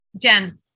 Jen